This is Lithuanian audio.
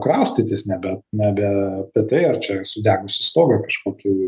kraustytis nebe nebe apie tai ar čia sudegusį stogą kažkokį